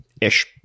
ish